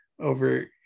over